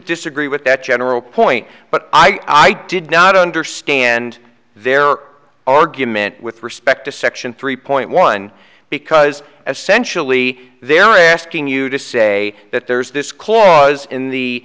disagree with that general point but i did not understand their argument with respect to section three point one because as sensually they are asking you to say that there's this clause in the